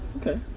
Okay